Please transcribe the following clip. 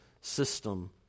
system